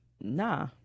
Nah